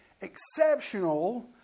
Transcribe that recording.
exceptional